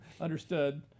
understood